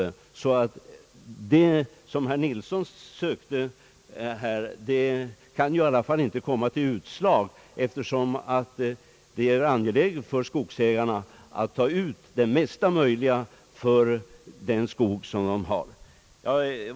Ett större eller mindre anslag till skogsbilvägar kan 1 varje fall inte, som herr Nilsson sökte göra gällande, redan denna avverkningssäsong ge något utslag, eftersom det är angeläget för skogsägarna att ta ut det mesta möjliga av den skog de har.